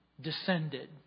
descended